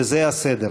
בזה הסדר: